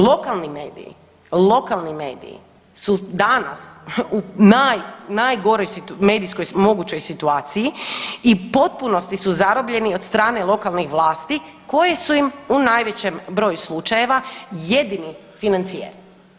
Lokalni mediji su danas u najgoroj medijskoj mogućoj situaciji i u potpunosti su zarobljeni od strane lokalnih vlasti koji su im u najvećem broju slučajeva jedini financijer.